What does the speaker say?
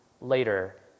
later